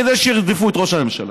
כדי שירדפו את ראש הממשלה.